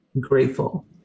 grateful